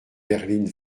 berline